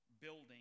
building